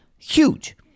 Huge